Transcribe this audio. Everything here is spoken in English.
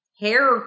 hair